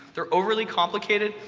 they're overly complicated,